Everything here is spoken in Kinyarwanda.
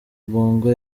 bongo